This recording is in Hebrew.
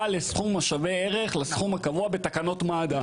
לסכום השווה ערך לסכום הקבוע בתקנות מד"א.